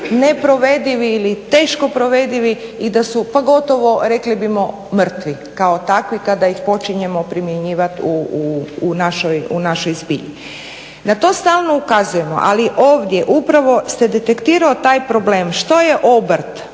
neprovedivi ili teško provedivi i da su pogotovo rekli bismo mrtvi kao takvi kada ih počinjemo primjenjivat u našoj zbilji. Na to stalno ukazujemo, ali ovdje upravo se detektirao taj problem što je obrt.